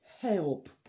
help